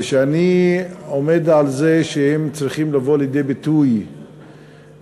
ואני עומד על זה שהם צריכים לבוא לידי ביטוי בכנסת,